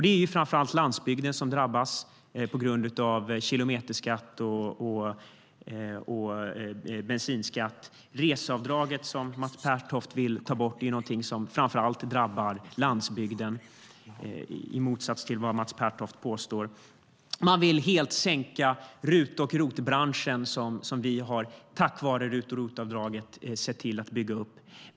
Det är framför allt landsbygden som drabbas på grund av kilometerskatt och bensinskatt. Reseavdraget som Mats Pertoft vill ta bort är någonting som framför allt drabbar landsbygden, i motsats till vad Mats Pertoft påstår. De vill helt sänka RUT och ROT-branschen som vi, tack vare RUT och ROT-avdragen, har sett till att bygga upp.